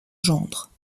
gendre